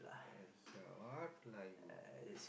ah ya what lah you